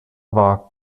war